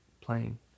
playing